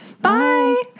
Bye